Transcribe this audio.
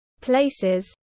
places